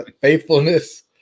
faithfulness